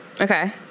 okay